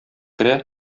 керә